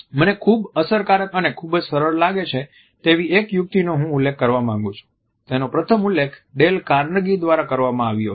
મને ખૂબ અસરકારક અને ખૂબ જ સરળ લાગે છે તેવી એક યુક્તિનો હું ઉલ્લેખ કરવા માંગું છું તેનો પ્રથમ ઉલ્લેખ ડેલ કાર્નેગી દ્વારા કરવામાં આવ્યો હતો